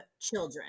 children